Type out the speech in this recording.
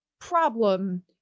problem